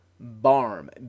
BARM